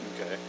Okay